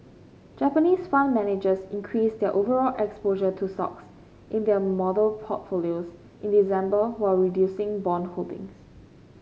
Japanese fund managers increased their overall exposure to stocks in their model portfolios in December while reducing bond holdings